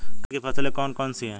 खरीफ की फसलें कौन कौन सी हैं?